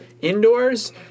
indoors